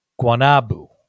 Guanabu